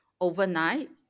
overnight